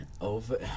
over